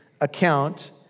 account